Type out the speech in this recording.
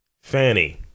Fanny